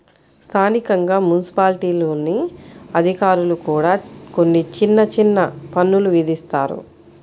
స్థానికంగా మున్సిపాలిటీల్లోని అధికారులు కూడా కొన్ని చిన్న చిన్న పన్నులు విధిస్తారు